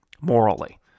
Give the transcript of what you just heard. morally